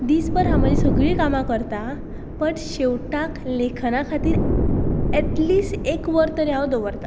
दीसभर हांव म्हजी सगळीं कामां करता बट शेवटाक लेखना खातीर एटलिस्ट एक वर तरी हांव दवरतां